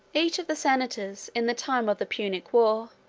each of the senators, in the time of the punic war,